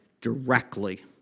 directly